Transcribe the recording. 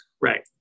Right